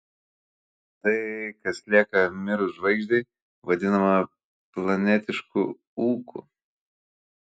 tai kas lieka mirus žvaigždei vadinama planetišku ūku